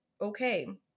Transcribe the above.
okay